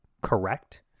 correct